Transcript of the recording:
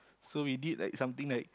so we did like something like